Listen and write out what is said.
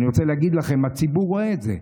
אני רוצה להגיד לכם: הציבור רואה את זה,